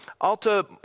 alta